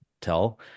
tell